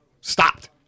stopped